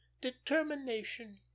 determination